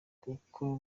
kuko